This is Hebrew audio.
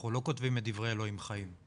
אנחנו לא כותבים את דברי אלוהים חיים.